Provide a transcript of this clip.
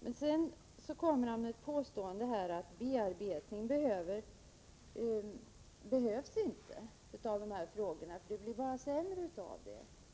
Agne Hansson kommer med ett påstående att det inte behövs någon bearbetning av den här frågan, eftersom det då blir bara sämre.